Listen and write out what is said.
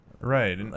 right